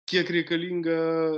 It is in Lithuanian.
kiek reikalinga